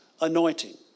anointing